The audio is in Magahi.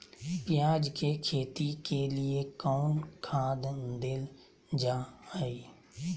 प्याज के खेती के लिए कौन खाद देल जा हाय?